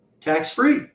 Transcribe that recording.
tax-free